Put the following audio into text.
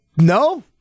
no